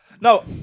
No